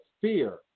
fear